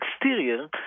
exterior